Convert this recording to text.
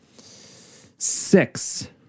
Six